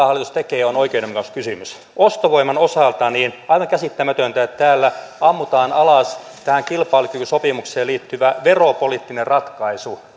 hallitus tekee on oikeudenmukaisuuskysymys ostovoiman osalta on aivan käsittämätöntä että täällä ammutaan alas tähän kilpailukykysopimukseen liittyvä veropoliittinen ratkaisu